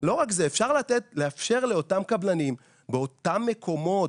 לא רק זה אלא שאפשר לאפשר לאותם קבלנים באותם מקומות